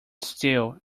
still